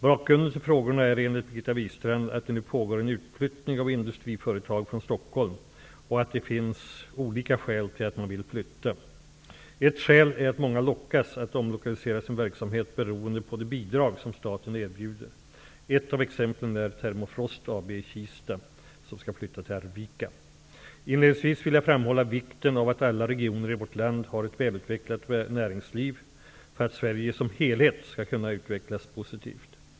Bakgrunden till frågorna är enligt Birgitta Wistrand att det nu pågår en utflyttning av industriföretag från Stockholm och att det finns olika skäl till att man vill flytta. Ett skäl är att många lockas att omlokalisera sin verksamhet beroende på de bidrag som staten erbjuder. Ett av exemplen är Termofrost Inledningsvis vill jag framhålla vikten av att alla regioner i vårt land har ett välutvecklat näringsliv för att Sverige som helhet skall utvecklas positivt.